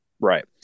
right